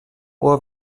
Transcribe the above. ohr